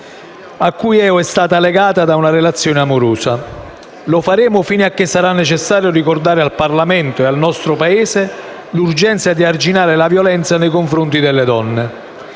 a cui è, o è stata, legata da una relazione amorosa. Lo faremo fino a che sarà necessario ricordare al Parlamento e al nostro Paese l'urgenza di arginare la violenza nei confronti delle donne.